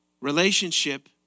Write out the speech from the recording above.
Relationship